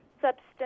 substance